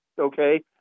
Okay